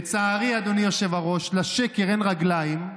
לצערי, אדוני היושב-ראש, לשקר אין רגליים,